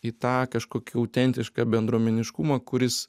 į tą kažkokį autentišką bendruomeniškumą kuris